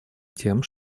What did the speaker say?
тем